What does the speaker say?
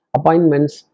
Appointments